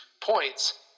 points